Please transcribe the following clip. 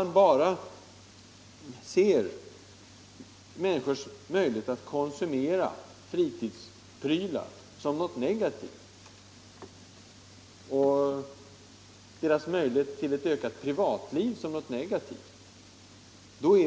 Att bara se människors möjlighet att konsumera fritidsprylar som något negativt, liksom deras möjlighet till ett ökat privatliv, det är